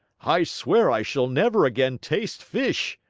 i swear i shall never again taste fish.